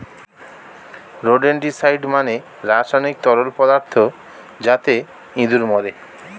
rodenticide মানে রাসায়নিক তরল পদার্থ যাতে ইঁদুর মরে